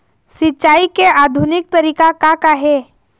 सिचाई के आधुनिक तरीका का का हे?